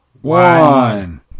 one